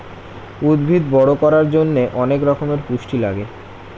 উদ্ভিদ বড় করার জন্যে অনেক রকমের পুষ্টি লাগে